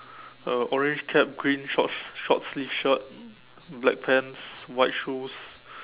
uh orange cap green shorts short sleeve shirt black pants white shoes